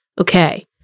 Okay